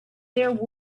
there